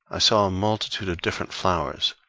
i saw a multitude of different flowers,